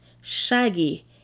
Shaggy